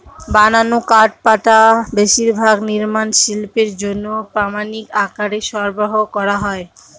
বানানো কাঠপাটা বেশিরভাগ নির্মাণ শিল্পের জন্য প্রামানিক আকারে সরবরাহ করা হয়